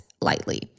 lightly